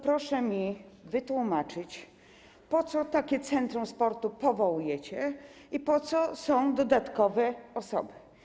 Proszę mi wytłumaczyć, po co takie centrum sportu powołujecie i po co są tu dodatkowe osoby.